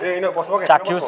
ଚାକ୍ଷୁଷ